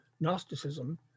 Gnosticism